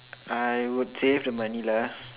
I would save the money lah